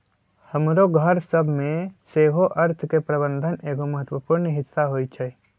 हमरो घर सभ में सेहो अर्थ के प्रबंधन एगो महत्वपूर्ण हिस्सा होइ छइ